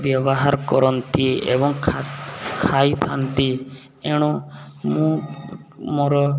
ବ୍ୟବହାର କରନ୍ତି ଏବଂ ଖାଇଥାନ୍ତି ଏଣୁ ମୁଁ ମୋର